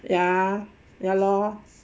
ya ya lor